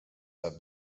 have